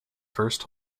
first